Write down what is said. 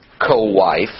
co-wife